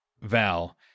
Val